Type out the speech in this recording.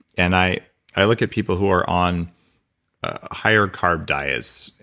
and i i look at people who are on higher carb diets,